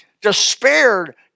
despaired